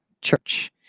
church